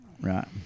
Right